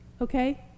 Okay